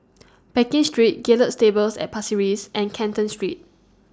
Pekin Street Gallop Stables At Pasir Ris and Canton Street